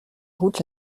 route